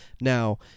Now